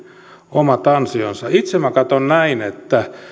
omat ansionsa itse minä katson näin että